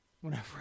whenever